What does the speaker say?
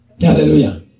hallelujah